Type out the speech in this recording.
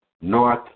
North